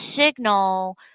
signal